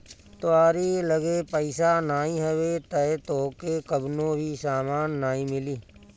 तोहरी लगे पईसा नाइ हवे तअ तोहके कवनो भी सामान नाइ मिली